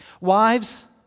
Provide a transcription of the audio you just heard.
Wives